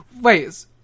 Wait